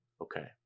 Okay